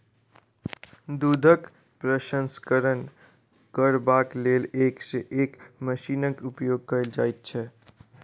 दूधक प्रसंस्करण करबाक लेल एक सॅ एक मशीनक उपयोग कयल जाइत छै